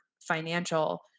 financial